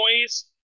noise